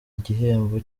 igihembo